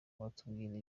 watubwira